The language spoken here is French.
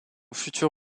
futur